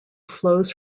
flows